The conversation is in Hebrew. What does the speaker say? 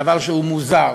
דבר שהוא מוזר,